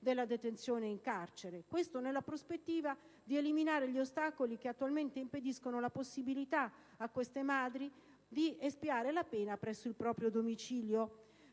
della detenzione in carcere - nella prospettiva di eliminare gli ostacoli che attualmente impediscono la possibilità per queste madri di espiare la pena presso il proprio domicilio.